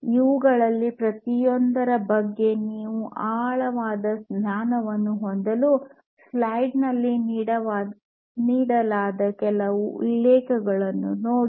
ಇವುಗಳಲ್ಲಿ ಪ್ರತಿಯೊಂದರ ಬಗ್ಗೆ ನೀವು ಆಳವಾದ ಜ್ಞಾನವನ್ನು ಹೊಂದಲು ಸ್ಲೈಡ್ನಲ್ಲಿ ನೀಡಲಾದ ಕೆಲವು ಉಲ್ಲೇಖಗಳನ್ನು ನೋಡಿ